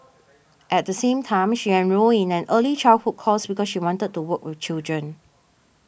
at the same time she enrolled in an early childhood course because she wanted to work with children